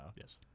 Yes